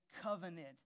covenant